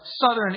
southern